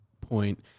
point